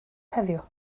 heddiw